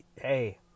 hey